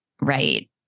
right